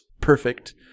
perfect